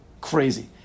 crazy